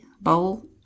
bowl